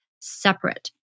separate